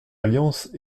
alliance